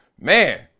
man